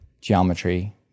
geometry